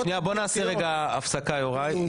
טוב שנייה בוא נעשה רגע הפסקה יוראי,